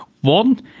One